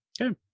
Okay